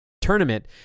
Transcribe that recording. tournament